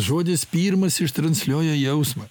žodis pirmas ištransliuoja jausmą